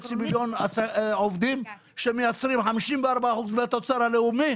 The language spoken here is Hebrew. מיליון עובדים שמייצרים 54% מהתוצר הלאומי.